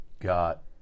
got